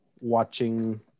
watching